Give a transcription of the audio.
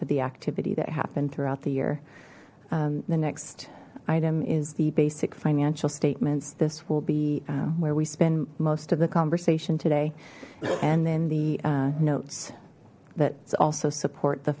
to the activity that happened throughout the year the next item is the basic financial statements this will be where we spend most of the conversation today and then the notes that's also support the